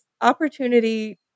opportunity